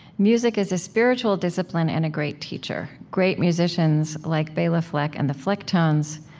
music is a spiritual discipline and a great teacher great musicians, like bela fleck and the flecktones,